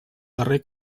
darrer